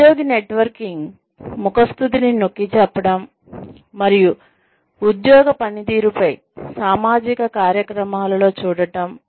ఉద్యోగి నెట్వర్కింగ్ ముఖస్తుతిని నొక్కిచెప్పడం మరియు ఉద్యోగ పనితీరుపై సామాజిక కార్యక్రమాలలో చూడటం